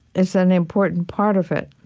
is an important part of it,